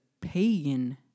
pagan